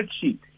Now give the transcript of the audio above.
sheet